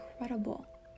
incredible